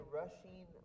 rushing